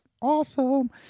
awesome